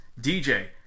DJ